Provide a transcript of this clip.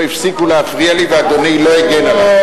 לא הפסיקו להפריע לי, ואדוני לא הגן עלי.